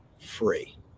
free